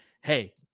hey